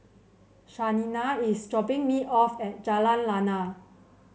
Shaina is dropping me off at Jalan Lana